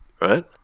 right